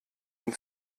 ihn